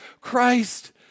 Christ